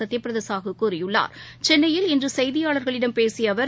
சத்யப்ரதா சாகு கூறியுள்ளார் சென்னயில் இன்று செய்தியாளர்ளிடம் பேசிய அவர்